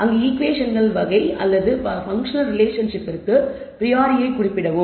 அங்கு ஈகுவேஷன்கள் வகை அல்லது பன்க்ஷனல் ரிலேஷன்ஷிப்பிற்கு ப்ரியோரியைக் குறிப்பிடவும்